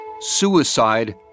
Suicide